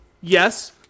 Yes